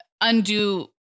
undo